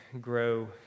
grow